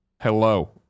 hello